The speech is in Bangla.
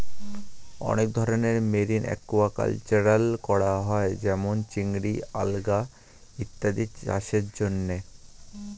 অনেক ধরনের মেরিন অ্যাকুয়াকালচার করা হয় যেমন চিংড়ি, আলগা ইত্যাদি চাষের জন্যে